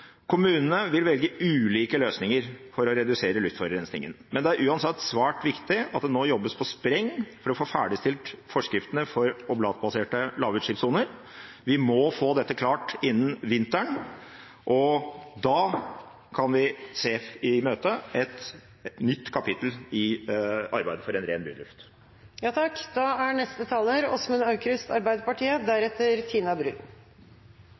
Kommunene vil velge ulike løsninger for å redusere luftforurensningen, men det er uansett svært viktig at det nå jobbes på spreng for å få ferdigstilt forskriftene for oblatbaserte lavutslippssoner. Vi må få dette klart innen vinteren, og da kan vi imøtese et nytt kapittel i arbeidet for en ren byluft. Først takk